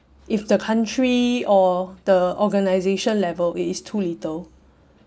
if the country or the organisation level it is too little